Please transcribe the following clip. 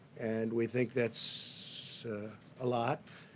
and we think that's a lot.